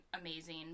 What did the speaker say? amazing